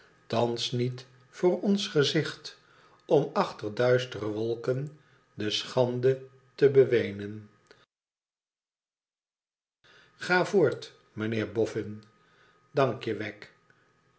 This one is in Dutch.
thans niet voor ons gericht om achter duistre wolken de schande te beweenen ga voort meneer boffin danle wegg